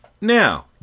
Now